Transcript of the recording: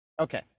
Okay